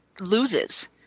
loses